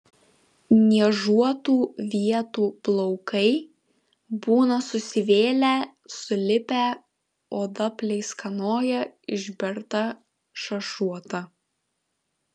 niežuotų vietų plaukai būna susivėlę sulipę oda pleiskanoja išberta šašuota